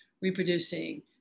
reproducing